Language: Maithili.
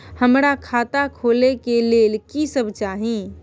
हमरा खाता खोले के लेल की सब चाही?